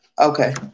Okay